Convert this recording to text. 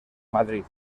madrid